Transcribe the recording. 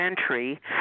entry